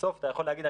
בסוף אתה יכול להגיד,